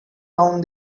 down